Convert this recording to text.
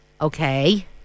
Okay